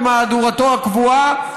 במהדורתו הקבועה,